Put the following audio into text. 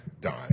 die